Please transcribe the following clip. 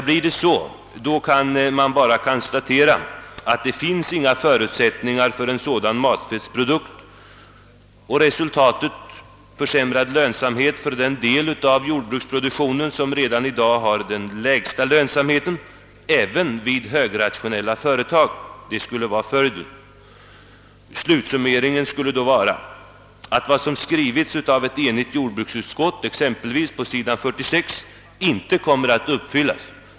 Blir det så kan man bara konstatera att det inte finns förutsättningar för en sådan matfettsproduktion, och resultatet skulle bli försämrad lönsamhet för den del av jordbruket som redan i dag har den lägsta lönsamheten även vid högrationella företag. Slutsummeringen skulle då bli att vad som har skrivits av ett enigt jordbruksutskott, exempelvis på s. 46, inte kommer att uppfyllas.